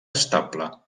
estable